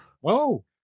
Whoa